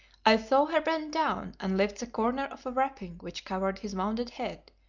i saw her bend down and lift the corner of a wrapping which covered his wounded head,